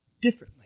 differently